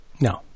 No